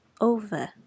over